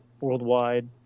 worldwide